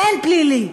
אין פלילי,